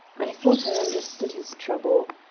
i thought i understood his trouble.